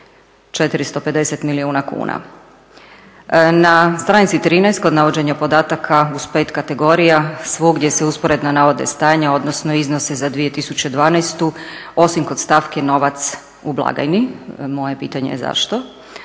450 milijuna kuna. Na stranici 13. kod navođenja podataka uz pet kategorija svugdje se usporedno navode stanja, odnosno iznosi za 2012. osim kod stavke novac u blagajni. Moje pitanje je zašto?